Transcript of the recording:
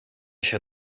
się